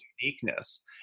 uniqueness